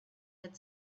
had